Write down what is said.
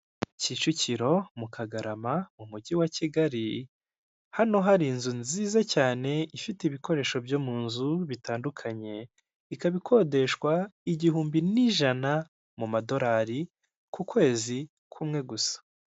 Kicukiro Kagarama mu mujyi wa Kigali hano hari inzu nziza cyane ifite ibikoresho byo mu nzu bitandukanye, ikaba ikodeshwa igihumbi n'ijana mu madolari ku kwezi kumwe gusa.